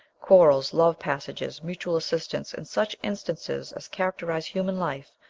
quarrels, love passages, mutual assistance, and such instances as characterize human life,